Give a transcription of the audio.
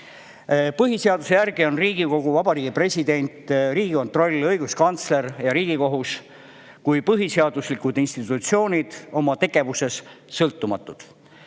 Põhiseaduse järgi on Riigikogu, Vabariigi President, Riigikontroll, õiguskantsler ja Riigikohus kui põhiseaduslikud institutsioonid oma tegevuses sõltumatud.